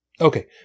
Okay